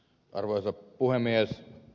arvoisa puhemies